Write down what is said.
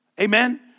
Amen